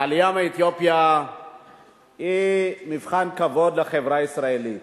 העלייה מאתיופיה היא מבחן כבוד לחברה הישראלית.